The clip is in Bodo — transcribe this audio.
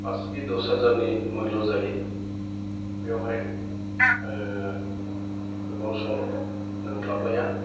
फास खि दस हाजारनि मुयल' जायो बेयावहाय गोबाव सम नांस्लाबलाया